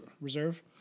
Reserve